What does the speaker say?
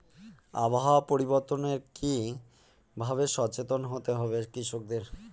আবহাওয়া পরিবর্তনের কি ভাবে সচেতন হতে হবে কৃষকদের?